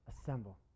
assemble